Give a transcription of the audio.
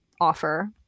offer